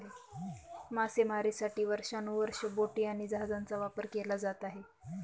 मासेमारीसाठी वर्षानुवर्षे बोटी आणि जहाजांचा वापर केला जात आहे